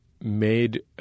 made